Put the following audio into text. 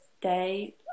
day